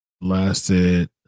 Lasted